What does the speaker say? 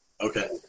Okay